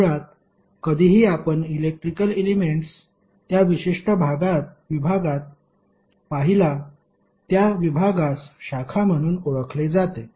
मुळात कधीही आपण इलेक्ट्रिकल एलेमेंट्स त्या विशिष्ट विभागात पाहिला त्या विभागास शाखा म्हणून ओळखले जाते